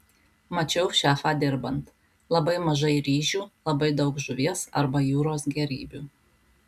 mačiau šefą dirbant labai mažai ryžių labai daug žuvies arba jūros gėrybių